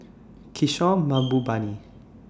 Kishore Mahbubani